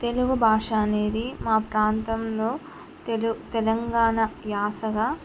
తెలుగు భాష అనేది మా ప్రాంతంలో తెలుగు తెలంగాణ యాసగా